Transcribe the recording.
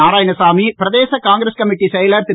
நாராயணசாமி பிரதேச காங்கிரஸ் கமிட்டிச் செயலர் திரு